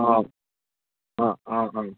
অঁ অঁ অঁ অঁ